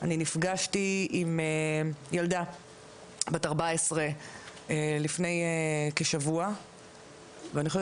אני נפגשתי עם ילדה בת 14 לפני כשבוע ואני חושבת